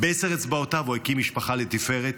בעשר אצבעותיו הוא הקים משפחה לתפארת,